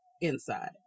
inside